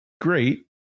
great